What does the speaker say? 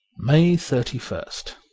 may thirty first